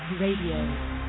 Radio